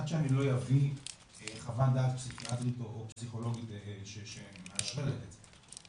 עד שאני לא אביא חוות דעת פסיכיאטרית או פסיכולוגית שמאשררת את זה.